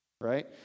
right